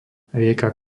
rieka